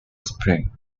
spring